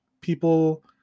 people